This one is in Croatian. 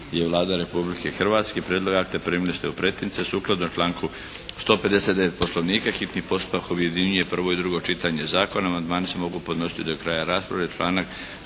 Hvala